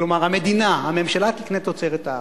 כלומר, המדינה, הממשלה תקנה תוצרת הארץ.